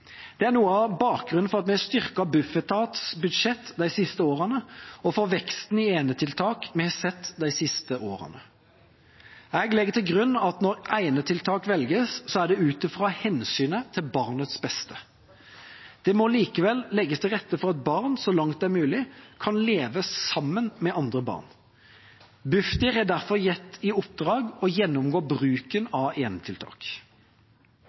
Det er noe av bakgrunnen for at vi har styrket Bufetats budsjett de siste årene, og for veksten i enetiltak vi har sett de siste årene. Jeg legger til grunn at når enetiltak velges, er det ut fra hensynet til barnets beste. Det må likevel legges til rette for at barn så langt det er mulig, kan leve sammen med andre barn. Bufdir er derfor gitt i oppdrag å gjennomgå bruken av enetiltak.